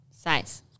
Size